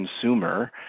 consumer